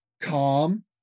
calm